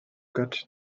got